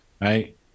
right